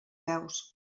peus